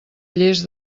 lles